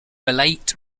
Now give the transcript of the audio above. belait